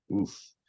Oof